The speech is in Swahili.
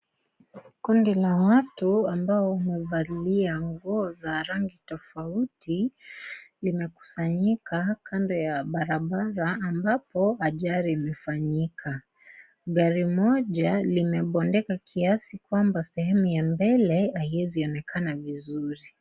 Kundi la watu ambao wamevalia nguo za rangi tofauti limekusanyika kando ya barabara ambapo ajali imefanyika. Gari moja limebondeka kiasi kwamba sehemu ya mbele haiwezionekana vizuri.